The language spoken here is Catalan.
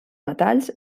metalls